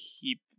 keep